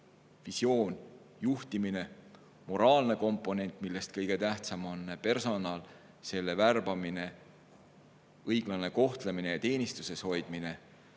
visioon, juhtimine; teiseks, moraalne komponent, millest kõige tähtsam on personal, selle värbamine, õiglane kohtlemine ja teenistuses hoidmine;